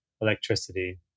electricity